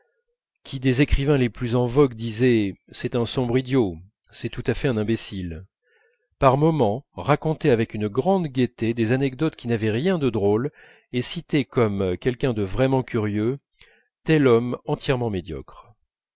qui des écrivains les plus en vogue disait c'est un sombre idiot c'est tout à fait un imbécile par moments racontait avec une grande gaieté des anecdotes qui n'avaient rien de drôle et citait comme quelqu'un de vraiment curieux tel homme entièrement médiocre